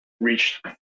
reached